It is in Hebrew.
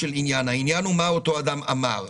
השאלה היא מה אותו אדם אמר.